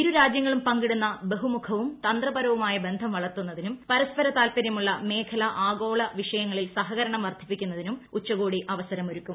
ഇരുരാജ്യങ്ങളും പങ്കിടുന്ന ബഹുമുഖവും തന്ത്രപരവുമായ ബിന്യം് വളർത്തുന്നതിനും പരസ്പര താത്പരൃമുള്ള മേഖലാ ആഗോള വിഷയങ്ങളിൽ സഹകരണം വർദ്ധിപ്പിക്കുന്നതിനും ഉച്ചകോടി അവസരമൊരുക്കും